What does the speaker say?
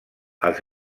els